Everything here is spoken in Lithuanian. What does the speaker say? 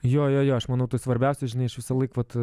jo jo jo aš manau tas svarbiausia žinai aš visąlaik vat